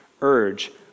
urge